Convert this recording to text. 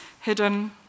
hidden